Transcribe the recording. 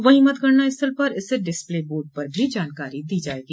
वहीं मतगणना स्थल पर स्थित डिस्पले बोर्ड पर भी जानकारी दी जायेगी